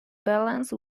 balance